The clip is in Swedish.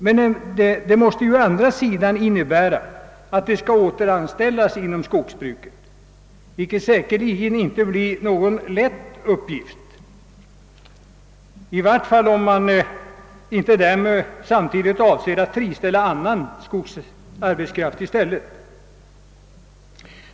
Men det måste också innebära att de skall återanställas inom skogsbruket, vilket säkerligen inte blir lätt — i varje fall inte om man inte samtidigt avser att friställa annan skogsarbetskraft.